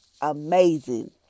amazing